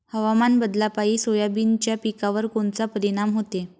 हवामान बदलापायी सोयाबीनच्या पिकावर कोनचा परिणाम होते?